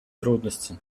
трудности